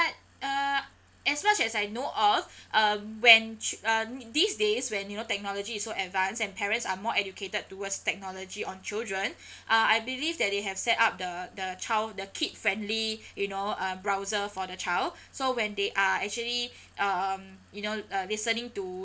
uh as much as I know of um when ch~ uh these days when you know technology is so advanced and parents are more educated towards technology on children uh I believe that they have set up the the child the kid friendly you know uh browser for the child so when they are actually um you know uh listening to